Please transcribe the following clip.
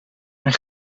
mijn